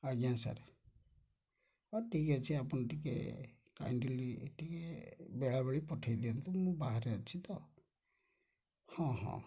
ଆଜ୍ଞା ସାର୍ ହଉ ଠିକ୍ ଅଛି ଆପଣ ଟିକେ କାଇଣ୍ଡଲି ଟିକେ ବେଳା ବେଳି ପଠାଇ ଦିଅନ୍ତୁ ମୁଁ ବାହାରେ ଅଛି ତ ହଁ ହଁ